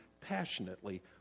passionately